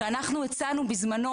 שבזמנו,